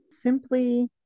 simply